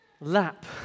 lap